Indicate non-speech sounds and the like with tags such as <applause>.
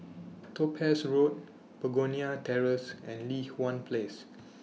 Topaz Road Begonia Terrace and Li Hwan Place <noise>